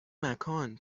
مکان